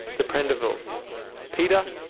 the prendivilles peter,